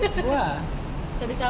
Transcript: go lah